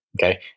Okay